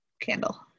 candle